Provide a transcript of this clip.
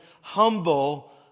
humble